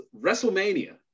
WrestleMania